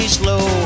slow